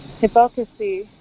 Hypocrisy